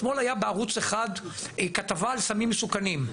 אתמול היה בערוץ 1 כתבה על סמים מסוכנים.